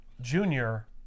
Junior